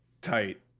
Tight